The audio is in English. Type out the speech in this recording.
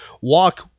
walk